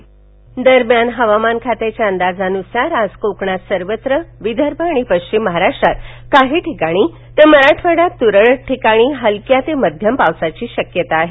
हवामान दरम्यान हवामान खात्याच्या अंदाजानुसार आज कोकणात सर्वत्र विदर्भ आणि पश्चिम महाराष्ट्रात काही ठिकाणी तर मराठवाड्यात तुरळक ठिकाणी हलक्या ते मध्यम पावसाची शक्यता आहे